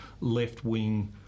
left-wing